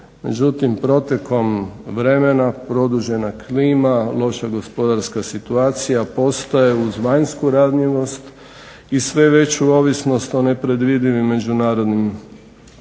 Međutim protekom vremena, produžena klima, loša gospodarska situacija postaje uz vanjsku ranjivost i sve veću ovisnost o nepredvidivim međunarodnim